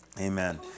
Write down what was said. Amen